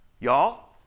Y'all